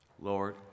Lord